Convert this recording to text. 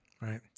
Right